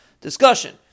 discussion